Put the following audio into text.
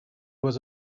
was